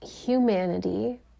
humanity